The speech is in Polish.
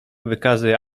wykazy